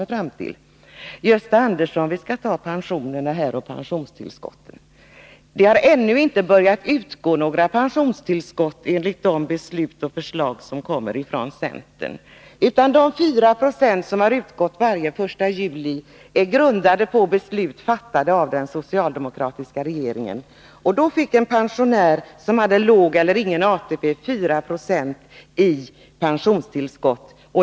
Vi skall här, Gösta Andersson, ta upp frågan om pensionerna och pensionstillskotten. Ännu har inga pensionstillskott börjat utgå enligt de beslut som fattats av centern och de förslag som kommer från det hållet, utan de 4 96 som har utgått varje år den 1 juli är grundade på beslut fattade av den socialdemokratiska regeringen. En pensionär som hade låg eller ingen pension fick 4 96 i pensionstillskott.